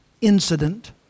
incident